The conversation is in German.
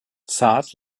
saat